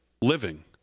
living